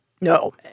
No